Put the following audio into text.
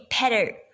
better